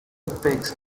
picks